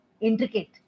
intricate